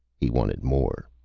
he wanted more.